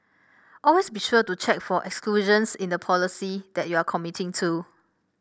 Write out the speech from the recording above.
always be sure to check for exclusions in the policy that you are committing to